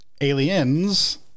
Aliens